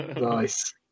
Nice